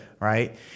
Right